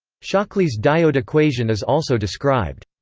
shockley's diode equation is also described.